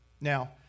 Now